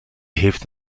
heeft